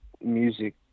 music